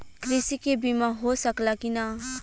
कृषि के बिमा हो सकला की ना?